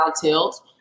tilt